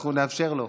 אנחנו נאפשר לו,